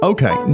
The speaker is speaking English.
Okay